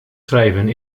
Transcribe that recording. schrijven